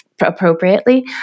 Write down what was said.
appropriately